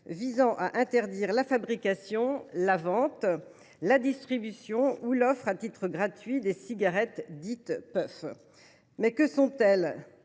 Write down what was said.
visant à interdire la fabrication, la vente, la distribution et l’offre à titre gratuit des cigarettes dites puffs. Que sont ces